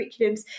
curriculums